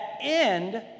end